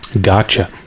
Gotcha